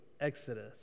exodus